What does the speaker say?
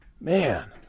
man